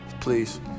please